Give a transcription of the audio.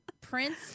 prince